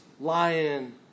lion